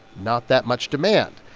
not that much demand.